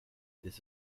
this